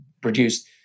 produced